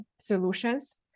solutions